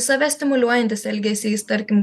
save stimuliuojantis elgesys tarkim